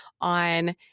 on